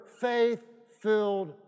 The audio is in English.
faith-filled